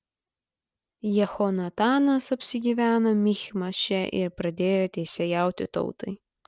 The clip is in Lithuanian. jehonatanas apsigyveno michmaše ir pradėjo teisėjauti tautai